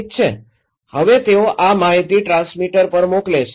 ઠીક છે હવે તેઓ આ માહિતી ટ્રાન્સમીટર પર મોકલે છે